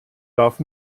darf